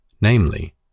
namely